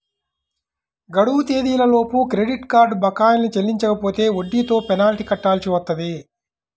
గడువు తేదీలలోపు credit card బకాయిల్ని చెల్లించకపోతే వడ్డీతో పెనాల్టీ కట్టాల్సి వత్తది